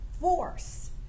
force